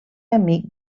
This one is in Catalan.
amic